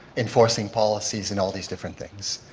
enforcing policies and all these different things.